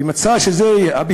אם הוא מצא שזה הפתרון,